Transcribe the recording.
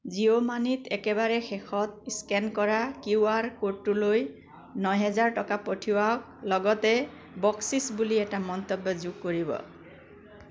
জিঅ' মানিত একেবাৰে শেষত স্কেন কৰা কিউ আৰ ক'ডটোলৈ ন হেজাৰ টকা পঠিয়াওক লগতে বকচিচ বুলি এটা মন্তব্য যোগ কৰিব